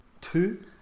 Two